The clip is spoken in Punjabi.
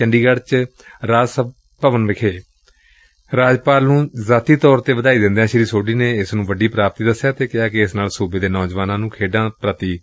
ਚੰਡੀਗੜ ਚ ਰਾਜ ਭਵਨ ਵਿਖੇ ਰਾਜਪਾਲ ਨੂੰ ਜਾਤੀ ਤੌਰ ਤੇ ਵਧਾਈ ਦਿੰਦਿਆਂ ਸ੍ਰੀ ਸੋਢੀ ਨੇ ਏਸ ਨੂੰ ਵੱਡੀ ਪ੍ਰਾਪਤੀ ਦਸਿਆ ਅਤੇ ਕਿਹਾ ਕਿ ਇਸ ਨਾਲ ਸੂਬੇ ਦੇ ਨੌਜਵਾਨਾਂ ਨੂੰ ਖੇਡਾਂ ਦੀ ਪ੍ਰੇਰਨਾ ਮਿਲੇਗੀ